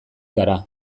gara